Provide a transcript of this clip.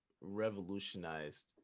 revolutionized